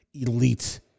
elite